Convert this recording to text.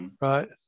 Right